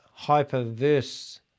Hyperverse